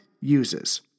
uses